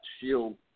shield